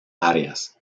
áreas